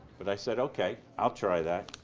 but i said okay, i'll try that.